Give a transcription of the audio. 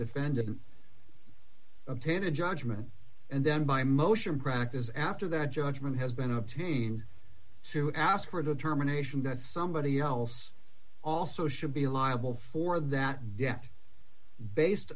defendant obtain a judgment and then by motion practice after that judgment has been obtained to ask for a determination that somebody else also should be liable for that death based